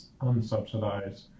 unsubsidized